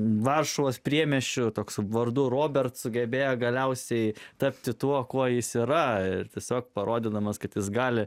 varšuvos priemiesčių toks vardu robert sugebėjo galiausiai tapti tuo kuo jis yra tiesiog parodydamas kad jis gali